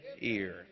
ear